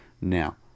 Now